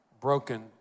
broken